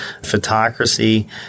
Photocracy